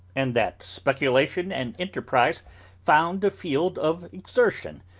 and that speculation and enterprise found a field of exertion,